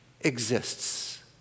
exists